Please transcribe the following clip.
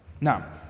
Now